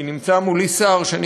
כי נמצא מולי שר ש,